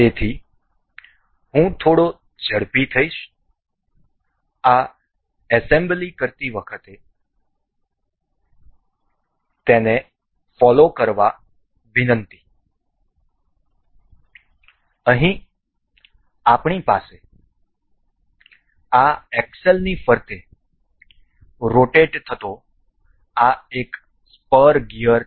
તેથી હું થોડો ઝડપી થઈશ આ એસેમ્બલી કરતી વખતે તેથી ફોલો કરવા વિનંતી અહીં આપણી પાસે આ એક્સેલની ફરતે રોટેટ થતો આ એક સ્પુર ગિયર છે